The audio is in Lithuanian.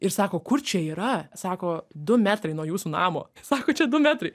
ir sako kur čia yra sako du metrai nuo jūsų namo sako čia du metrai